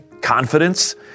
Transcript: confidence